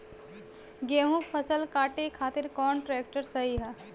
गेहूँक फसल कांटे खातिर कौन ट्रैक्टर सही ह?